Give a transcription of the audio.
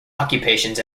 occupations